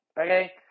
okay